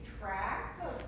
track